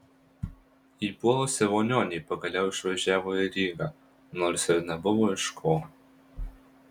įpuolusi vonion ji pagaliau išvažiavo į rygą nors ir nebuvo iš ko